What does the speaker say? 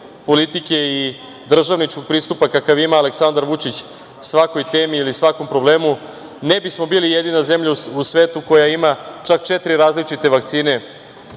politike i državničkog pristupa, kakav ima Aleksandar Vučić svakoj temi ili svakom problemu, ne bismo bili jedina zemlja u svetu koja ima čak četiri različite vakcine